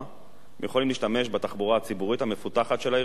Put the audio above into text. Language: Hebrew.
הם יכולים להשתמש בתחבורה הציבורית המפותחת של העיר תל-אביב,